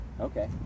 okay